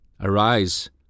Arise